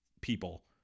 people